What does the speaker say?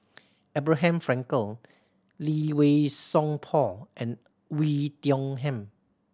Abraham Frankel Lee Wei Song Paul and Oei Tiong Ham